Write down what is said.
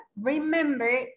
remember